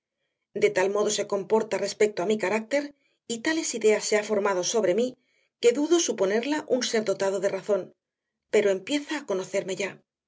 de tal modo se comporta respecto a mi carácter y tales ideas se ha formado sobre mí que dudo en suponerla un ser dotado de razón pero empieza a conocerme ya